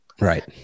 Right